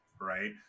right